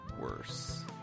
worse